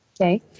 Okay